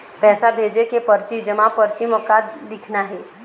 पैसा भेजे के परची जमा परची म का लिखना हे?